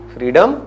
Freedom